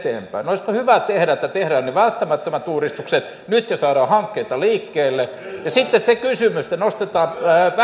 olisiko hyvä tehdä niin että tehdään ne välttämättömät uudistukset nyt ja saadaan hankkeita liikkeelle ja sitten se kysymys että nostetaan